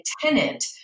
tenant